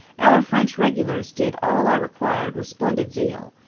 our french regulars did all i required with splendid zeal.